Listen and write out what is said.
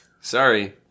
sorry